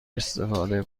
استفاده